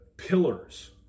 pillars